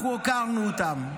אנחנו הוקרנו אותם,